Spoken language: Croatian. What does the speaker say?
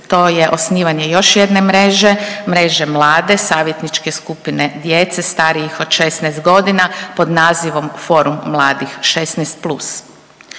to je osnivanje još jedne mreže, mreže mlade savjetničke skupine djece starijih od 16 godina pod nazivom „Forum mladih 16+“.